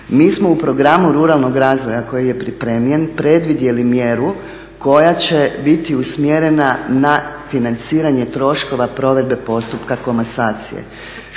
mi smo u programu ruralnog razvoja koji je pripremljen predvidjeli mjeru koja će biti usmjerena na financiranje troškova provedbe postupka komasacije.